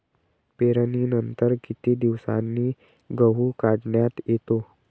पेरणीनंतर किती दिवसांनी गहू काढण्यात येतो?